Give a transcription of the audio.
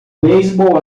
beisebol